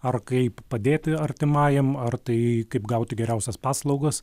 ar kaip padėti artimajam ar tai kaip gauti geriausias paslaugas